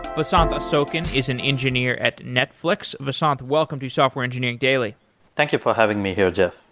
vasanth asokan is an engineer at netflix. vasanth, welcome to software engineering daily thank you for having me here, jeff.